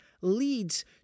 leads